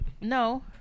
No